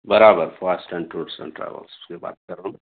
برابر Fast and Tours Travel سے بات کر رہا ہوں